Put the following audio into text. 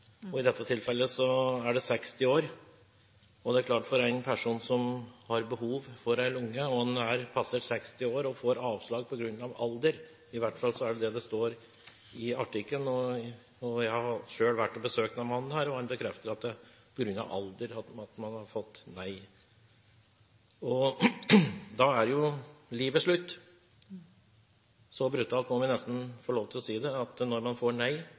er klart at når en person som har behov for en lunge, er passert 60 år og får avslag på grunn av alder – i hvert fall er det det som står i artikkelen, og jeg har selv vært og besøkt denne mannen, som bekrefter at det er på grunn av alder han har fått nei – betyr det at da er livet slutt. Så brutalt må man nesten få lov til å si det. Når man får nei